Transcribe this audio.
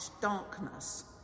darkness